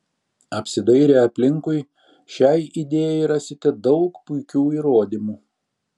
apsidairę aplinkui šiai idėjai rasite daug puikių įrodymų